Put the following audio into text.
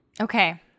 Okay